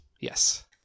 Yes